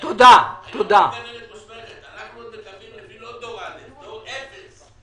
אנחנו מקבלים לא לפי דור א' אלא דור אפס.